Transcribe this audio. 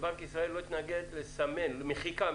שבנק ישראל מתנגד למחיקה,